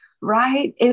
right